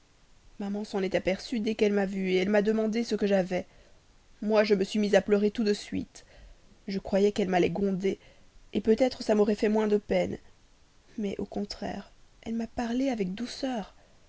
maman s'en est aperçue dès qu'elle m'a vue elle m'a demandé ce que j'avais moi je me suis mise à pleurer tout de suite je croyais qu'elle m'allait gronder peut-être ça m'aurait fait moins de peine mais au contraire elle m'a parlé avec douceur